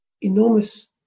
enormous